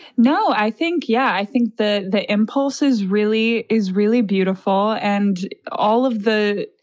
no, i think yeah, i think the the impulse is really is really beautiful. and all of the